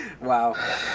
Wow